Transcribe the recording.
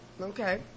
Okay